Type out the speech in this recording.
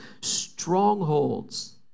strongholds